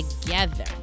together